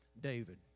David